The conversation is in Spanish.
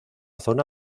zona